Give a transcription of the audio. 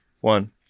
one